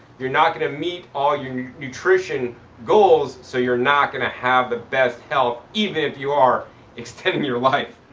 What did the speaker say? you're not going to meet all your nutrition goals, so you're not going to have the best health even if you are extending your life.